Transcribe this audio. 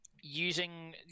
using